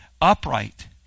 upright